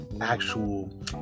actual